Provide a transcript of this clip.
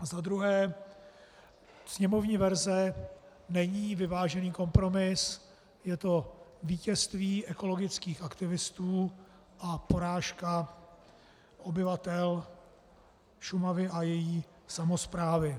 Za druhé, sněmovní verze není vyvážený kompromis, je to vítězství ekologických aktivistů a porážka obyvatel Šumavy a její samosprávy.